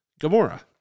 Gamora